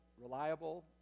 reliable